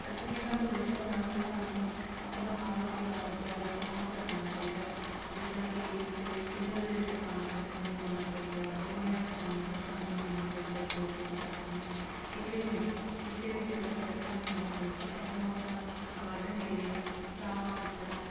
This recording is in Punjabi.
ਅਸੀਂ ਇਨ੍ਹਾਂ ਤੋਂ ਬਚਣ ਵਾਸਤੇ ਸਾਨੂੰ ਆਪਣਾ ਆਲਾ ਦੁਆ ਦੁਆਲਾ ਸਾਫ ਰੱਖਣਾ ਚਾਹੀਦਾ ਜਿਸ ਤਰ੍ਹਾਂ ਕਿ ਕਿਸੇ ਵੀ ਕੂਲਰ ਦੇ ਵਿੱਚ ਪਾਣੀ ਇਕੱਠਾ ਨਹੀਂ ਹੋਣਾ ਚਾਹੀਦਾ ਗਮਲਿਆਂ 'ਚ ਪਾਣੀ ਇਕੱਠਾ ਨਹੀਂ ਹੋਣਾ ਚਾਹੀਦਾ ਦੋ ਦਿਨ ਦਾ ਪਾਣੀ ਕਿਤੇ ਵੀ ਕਿਸੇ ਵੀ ਜਗ੍ਹਾ 'ਤੇ ਇਕੱਠਾ ਨਹੀਂ ਹੋਣਾ ਚਾਹੀਦਾ ਸਾਨੂੰ ਆਪਣਾ ਗਾਰਡਨ ਏਰੀਆ ਸਾਫ ਸੁਥਰਾ